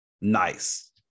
nice